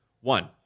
One